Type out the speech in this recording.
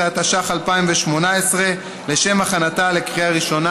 13), התשע"ח 2018, לשם הכנתה לקריאה ראשונה.